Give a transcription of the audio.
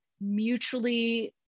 mutually